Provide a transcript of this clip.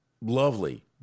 Lovely